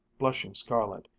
blushing scarlet,